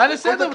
הצעה לסדר.